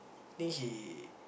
think he